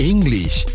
English